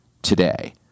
today